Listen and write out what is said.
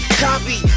copy